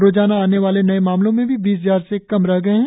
रोजाना आने वाले नये मामले भी बीस हजार से कम रह गए है